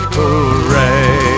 hooray